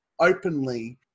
Openly